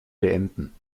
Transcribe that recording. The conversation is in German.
beenden